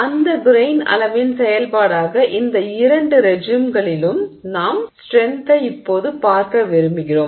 அந்த கிரெய்ன் அளவின் செயல்பாடாக இந்த இரண்டு ரெஜிம்களிலும் நாம் ஸ்ட்ரென்த்தை இப்போது பார்க்க விரும்புகிறோம்